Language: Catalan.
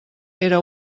era